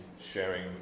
sharing